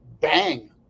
bang